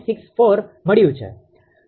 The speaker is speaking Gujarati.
964 મળ્યું છે